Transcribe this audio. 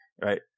right